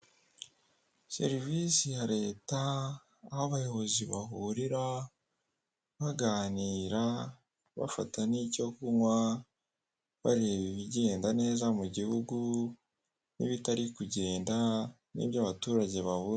Serivise ya leta aho abayobozi bahurira baganira bafata n'icyo kunywa bareba ibigenda neza mu guhugu n'ibitari kugenda n'ibyo abaturage babura.